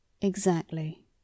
Exactly